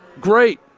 Great